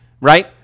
right